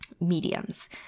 mediums